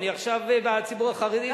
אני עכשיו בציבור החרדי,